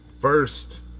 first